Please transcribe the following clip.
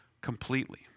completely